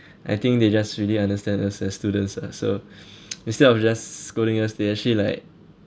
I think they just really understand us as students ah so instead of just scolding us they actually like